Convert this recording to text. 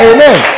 Amen